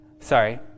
sorry